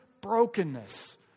brokenness